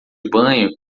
banho